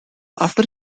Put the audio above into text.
after